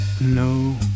No